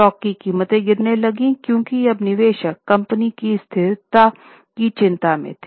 stock की कीमतें गिरने लगी क्योंकि अब निवेशक कंपनी की स्थिरता की चिंता में थे